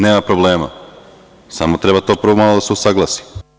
Nema problema, samo treba to malo da se usaglasi.